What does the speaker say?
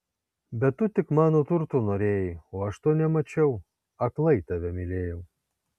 bet tu tik mano turtų norėjai o aš to nemačiau aklai tave mylėjau